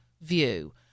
view